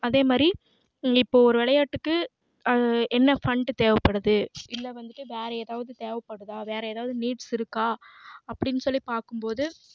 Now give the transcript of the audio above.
அதே மாதிரி இப்போது ஒரு விளையாட்டுக்கு அது என்ன ஃபண்டு தேவைப்படுது இல்லை வந்துட்டு வேறு ஏதாவது தேவைப்படுதா வேறு ஏதாவது நீட்ஸ் இருக்கா அப்படினு சொல்லி பார்க்கும் போது